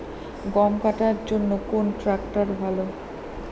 গম কাটার জন্যে কোন ট্র্যাক্টর ভালো?